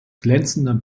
glänzender